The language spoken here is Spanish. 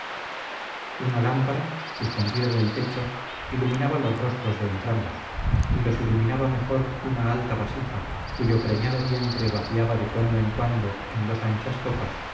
una lámpara suspendida del techo iluminaba los rostros de entrambos y los iluminaba mejor una alta vasija cuyo preñado vientre vaciaba de cuando en cuando en dos anchas copas